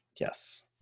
Yes